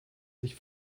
sich